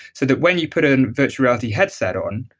so that when you put it in virtual reality headset on,